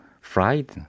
fried